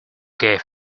gave